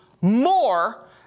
more